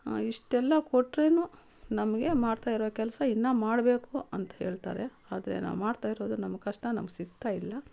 ಇಷ್ಟೆಲ್ಲ ಕೊಟ್ರೇನು ನಮಗೆ ಮಾಡ್ತಾಯಿರೋ ಕೆಲಸ ಇನ್ನೂ ಮಾಡಬೇಕು ಅಂತ ಹೇಳ್ತಾರೆ ಆದರೆ ನಾವು ಮಾಡ್ತಾಯಿರೋದು ನಮ್ಮ ಕಷ್ಟ ನಮ್ಗೆ ಸಿಗ್ತಾಯಿಲ್ಲ